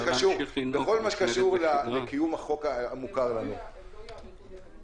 בכל מה שקשור לקיום החוק המוכר לנו --- הם לא יאריכו את זה.